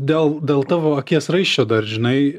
dėl dėl tavo akies raiščio dar žinai